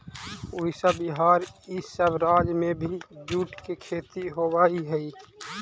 उड़ीसा, बिहार, इ सब राज्य में भी जूट के खेती होवऽ हई